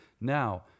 Now